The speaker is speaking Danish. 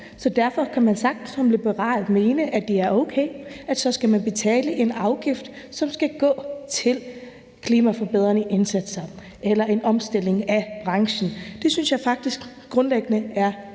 Derfor kan man sagtens som liberal mene, at det er okay med en afgift, som skal gå til klimaforbedrende indsatser eller til en omstilling af branchen. Det synes jeg faktisk grundlæggende er